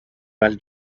val